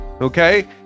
Okay